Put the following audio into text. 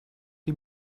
die